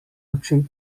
oči